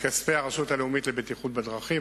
מכספי הרשות הלאומית לבטיחות בדרכים.